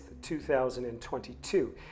2022